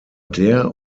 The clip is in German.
der